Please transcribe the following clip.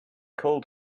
called